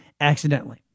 accidentally